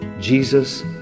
Jesus